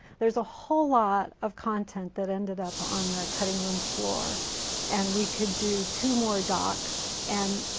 there was a whole lot of content that ended up on the cutting room floor and we could do two more docs and